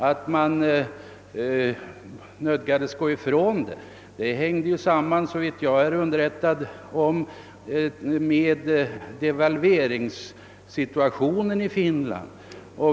Att man nödgades gå ifrån dem sammanhängde, såvitt jag är riktigt underrättad, med devalveringssituationen i Finland.